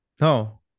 No